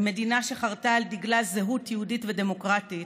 ממדינה שחרתה על דגלה זהות יהודית ודמוקרטית,